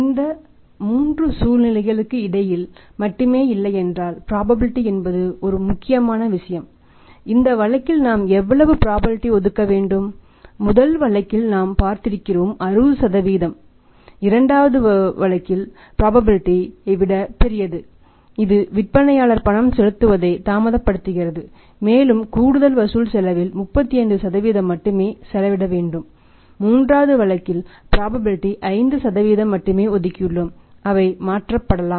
இந்த 3 சூழ்நிலைகளுக்கு இடையில் மட்டுமே இல்லையென்றால் ப்ராபபிலிடீ 5 மட்டுமே ஒதுக்கியுள்ளோம் அவை மாற்றப்படலாம்